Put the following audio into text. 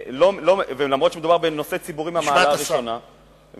ולמרות שמדובר בנושא ציבורי מהמעלה הראשונה,